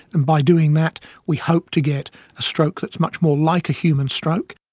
and by doing that we hope to get a stroke that's much more like a human stroke.